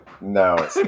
No